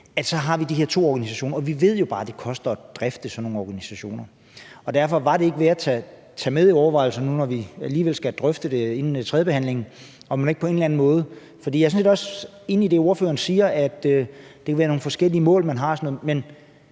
men så har vi de her to organisationer, og vi ved jo bare, at det koster at drifte sådan nogle organisationer. Var det derfor ikke værd at tage med i overvejelserne, når vi nu alligevel skal drøfte det inden tredjebehandlingen, om man ikke på en eller anden måde kan gøre noget ved det? For jeg er sådan set også enig i det, ordføreren siger, om, at det kan være nogle forskellige mål, man har, men